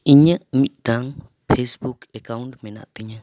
ᱤᱧᱟᱹᱜ ᱢᱤᱫᱴᱟᱝ Facebook account ᱢᱮᱱᱟᱜ ᱛᱤᱧᱟᱹ